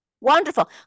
Wonderful